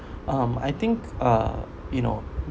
um I think uh you know